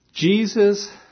Jesus